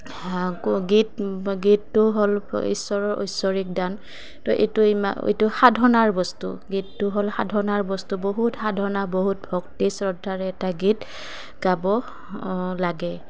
গীত গীতটো হ'ল ঈশ্বৰৰ ঐশ্বৰিক দান তো এইটো ইমান এইটো সাধনাৰ বস্তু গীতটো হ'ল সাধনাৰ বস্তু বহুত সাধনা বহুত ভক্তি শ্ৰদ্ধাৰে এটা গীত গাব লাগে